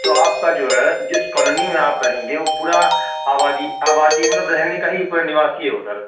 تو آپ کا جو ہے جس کالونی میں آپ رہیں گے وہ پورا آبادی آبادی مطلب رہنے کا ہی پورا نواس ہی ہے ادھر